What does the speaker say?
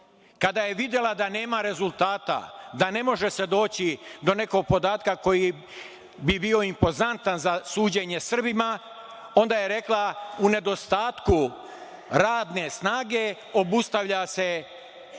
Kada je videla da nema rezultata da se ne može doći do nekog podatka koji bi bio impozantan za suđenje Srbima, onda je rekla - u nedostatku radne snage obustavlja se